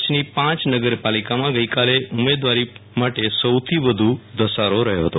ક ચ્છની પ નગરપાલિકમાં ગઈકાલે ઉમેદવારી માટે સૌથી વધુ ધસારો રહ્યો હતો